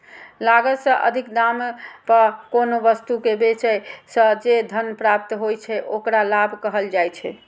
लागत सं अधिक दाम पर कोनो वस्तु कें बेचय सं जे धन प्राप्त होइ छै, ओकरा लाभ कहल जाइ छै